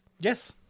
Yes